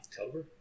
October